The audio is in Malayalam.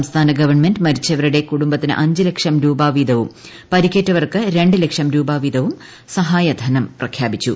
സംസ്ഥാന ഗവൺമെന്റ് മരിച്ചവരുടെ കുടുംബത്തിന് അഞ്ച് ലക്ഷം വീതവും പരിക്കേറ്റവർക്ക് രണ്ട് ലക്ഷം രൂപ വീതവും സഹായധനം പ്രഖ്യാപിച്ചു